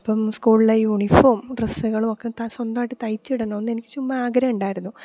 അപ്പം സ്കൂളിലെ യൂണിഫോം ഡ്രസ്സുകളും ഒക്കെ താൻ സ്വന്തമായിട്ട് തയ്ച്ചിടണമെന്ന് എനിക്ക് ചുമ്മാ ആഗ്രഹമുണ്ടായിരുന്നു